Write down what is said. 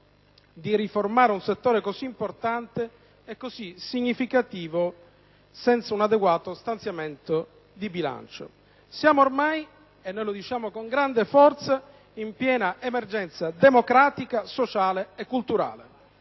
di riformare un settore così importante e così significativo senza un adeguato stanziamento di bilancio. Siamo ormai - e lo diciamo con grande forza - in piena emergenza democratica, sociale e culturale.